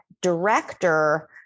director